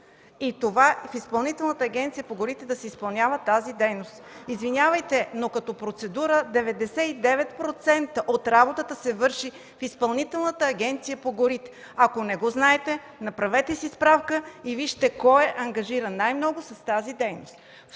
от Изпълнителната агенция по горите. Извинявайте, но като процедура 99% от работата се върши в Изпълнителната агенция по горите. Ако не го знаете, направете си справка и вижте кой е ангажиран най-много с тази дейност.